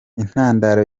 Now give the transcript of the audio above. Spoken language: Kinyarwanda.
intandaro